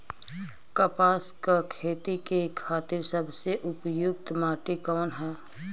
कपास क खेती के खातिर सबसे उपयुक्त माटी कवन ह?